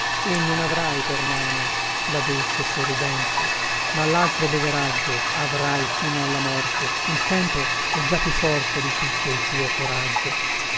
e non avrai per mano la dolcesorridente ma laltro beveraggio avrai fino alla morte il tempo è già più forte di tutto il tuo coraggio